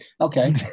Okay